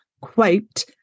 quote